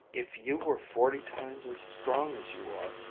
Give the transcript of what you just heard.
if you were forty times as strong as you are,